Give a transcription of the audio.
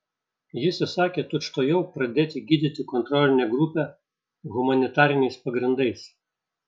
jis įsakė tučtuojau pradėti gydyti kontrolinę grupę humanitariniais pagrindais